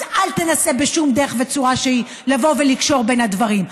אז אל תנסה בשום דרך וצורה שהיא לבוא ולקשור בין הדברים.